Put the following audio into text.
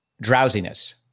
drowsiness